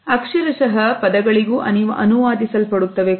ಅಕ್ಷರಶಹ ಪದಗಳಿಗೂ ಅನುವಾದಿಸಲಾಗುತ್ತದೆ ಕೂಡ